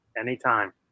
Anytime